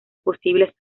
posibles